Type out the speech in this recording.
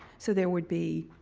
so there would be